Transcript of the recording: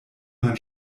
mein